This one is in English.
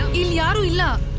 um yeah ah love.